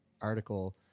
article